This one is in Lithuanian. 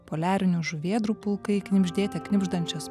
poliarinių žuvėdrų pulkai knibždėte knibždančios